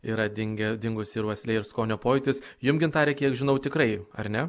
yra dingę dingusi ir uoslė ir skonio pojūtis jum gintare kiek žinau tikrai ar ne